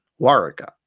Waraka